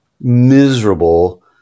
miserable